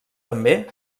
també